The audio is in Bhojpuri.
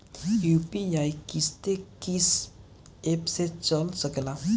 यू.पी.आई किस्से कीस एप से चल सकेला?